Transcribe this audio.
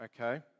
okay